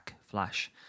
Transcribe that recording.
Flash